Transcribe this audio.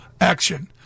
action